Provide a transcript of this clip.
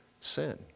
sin